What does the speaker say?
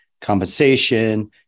compensation